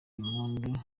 impundu